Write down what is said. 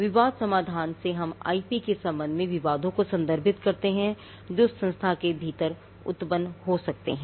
विवाद समाधान से हम आईपी के संबंध में विवादों को संदर्भित करते हैं जो संस्था के भीतर उत्पन्न हो सकते हैं